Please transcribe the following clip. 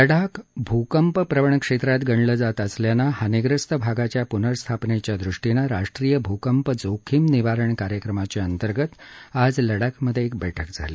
लडाख भू कंप प्रवण क्षेत्रात गणलं जात असल्यानं हानीग्रस्त भागाच्या पुनर्स्थापनेच्या दृष्टीनं राष्ट्रीय भू कंप जोखीम निवारण कार्यक्रमांतर्गत आज लडाखमध्ये बैठक झाली